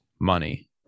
money